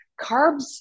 Carbs